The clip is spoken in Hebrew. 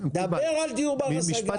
דבר על דיור בר השגה.